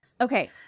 Okay